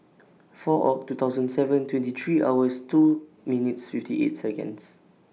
four Oct two thousand and seven twenty three hours two minutes fifty eight Seconds